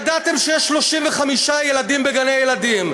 ידעתם שיש 35 ילדים בגני-ילדים.